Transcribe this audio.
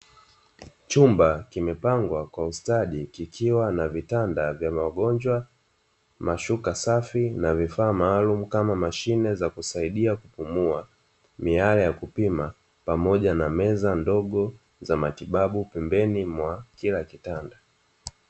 Chumba kimepangwa kwa ustadi kikiwa na vitanda vya wagonjwa mashuka safi na vifaa maalumu kama mashine ya kusaidia kupumua, miale ya kupima pamoja na meza ndogo za matibabu pembezoni mwa kila kitanda.